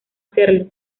hacerlo